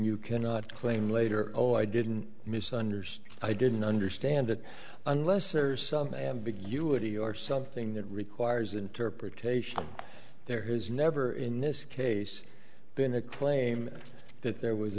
you cannot claim later oh i didn't misunderstand i didn't understand it unless there's some ambiguity or something that requires interpretation there has never in this case been a claim that there was